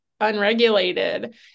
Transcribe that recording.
unregulated